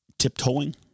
tiptoeing